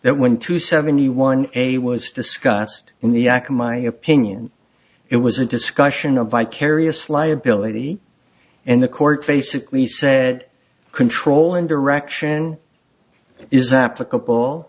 that when two seventy one a was discussed in the aca my opinion it was a discussion of vicarious liability and the court basically said control and direction is applicable